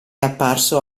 apparso